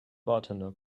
bartender